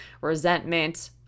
resentment